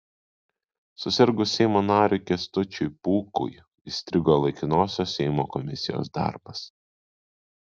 susirgus seimo nariui kęstučiui pūkui įstrigo laikinosios seimo komisijos darbas